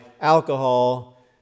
alcohol